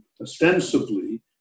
ostensibly